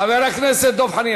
חבר הכנסת דב חנין,